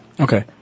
Okay